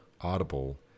Audible